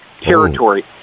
territory